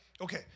Okay